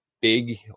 big